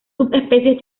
subespecies